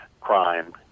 crime